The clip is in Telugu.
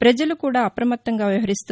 ప్రజలు కూడా అప్రమత్తంగా వ్యవహరిస్తూ